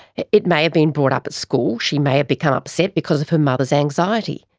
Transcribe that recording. it it may have been brought up at school, she may have become upset because of her mother's anxiety.